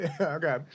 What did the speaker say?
Okay